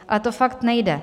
Ale to fakt nejde.